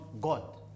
God